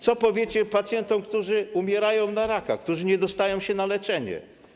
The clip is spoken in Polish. Co powiecie pacjentom, którzy umierają na raka, którzy nie dostają się na leczenie?